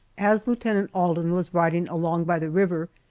as lieutenant alden was riding along by the river,